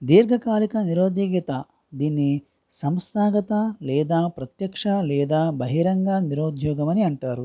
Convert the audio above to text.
దీర్ఘకాలిక నిరుద్యోగిత దీనిని సంస్థాగత లేదా ప్రత్యక్ష లేదా బహిరంగా నిరుద్యోగం అని అంటారు